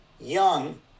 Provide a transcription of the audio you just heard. Young